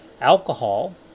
Alcohol